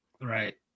Right